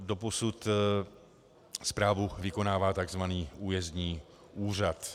Doposud správu vykonává tzv. újezdní úřad.